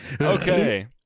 Okay